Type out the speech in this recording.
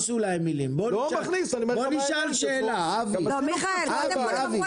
אנחנו נצא בסיכום התקציב הבא,